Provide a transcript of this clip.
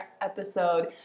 episode